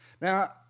Now